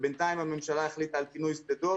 ובינתיים הממשלה החליטה על פינוי שדה דוב